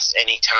anytime